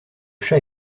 chat